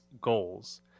goals